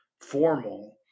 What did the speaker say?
formal